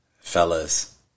Fellas